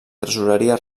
tresoreria